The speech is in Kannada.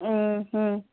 ಹ್ಞೂ ಹ್ಞೂ